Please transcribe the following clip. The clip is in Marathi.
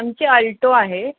आमची आल्टो आहे